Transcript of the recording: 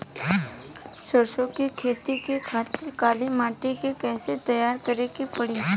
सरसो के खेती के खातिर काली माटी के कैसे तैयार करे के पड़ी?